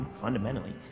fundamentally